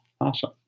Awesome